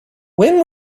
when